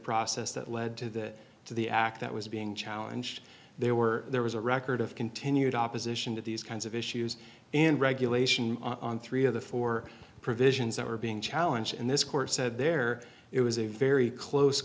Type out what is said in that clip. process that led to the to the act that was being challenged there were there was a record of continued opposition to these kinds of issues in regulation on three of the four provisions that were being challenge and this court said there it was a very close